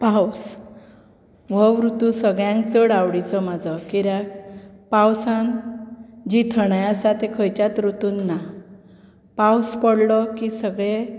पावस हो ऋतू सगळ्यान चड आवडीचो म्हाजो कित्याक पावसान जी थंडाय आसा ती खंयच्यात ऋतून ना पावस पडलो की सगळें